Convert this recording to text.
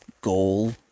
goal